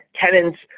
tenants